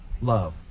love